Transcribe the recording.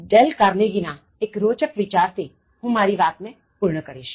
del Carnegie ના એક રોચક વિચાર થી હું મારી વાત ને પૂર્ણ કરીશ